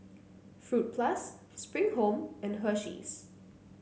Fruit Plus Spring Home and Hersheys